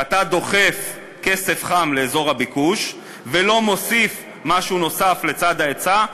כשאתה דוחף כסף חם לאזור הביקוש ולא מוסיף משהו נוסף לצד ההיצע,